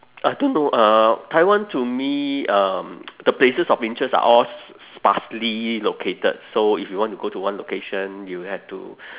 I don't know uh taiwan to me um the places of interest are all s~ sparsely located so if you want to go to one location you have to